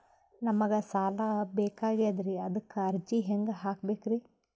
ನಮಗ ಸಾಲ ಬೇಕಾಗ್ಯದ್ರಿ ಅದಕ್ಕ ಅರ್ಜಿ ಹೆಂಗ ಹಾಕಬೇಕ್ರಿ?